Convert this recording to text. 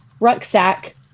rucksack